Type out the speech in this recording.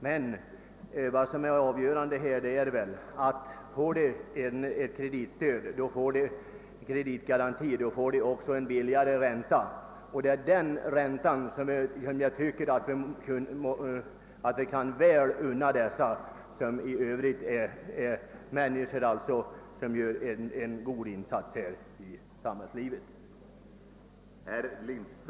Men vad som är avgörande är att om de får en kreditgaranti, så får de också en billigare ränta, och det är den lättnaden som jag tycker att man väl kan unna dessa människor som gör en god insats i samhällslivet.